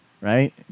right